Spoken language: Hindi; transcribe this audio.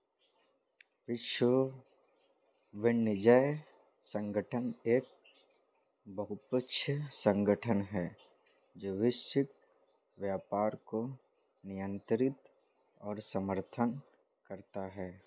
विश्व वाणिज्य संगठन एक बहुपक्षीय संगठन है जो वैश्विक व्यापार को नियंत्रित और समर्थन करता है